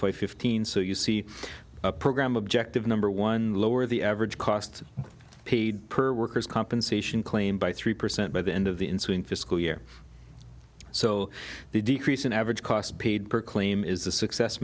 fifteen so you see a program objective number one lower the average cost paid per worker's compensation claim by three percent by the end of the ensuing fiscal year so the decrease in average cost paid per claim is a success